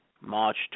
March